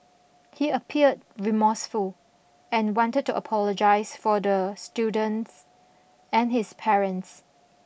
he appeared remorseful and wanted to apologize for the students and his parents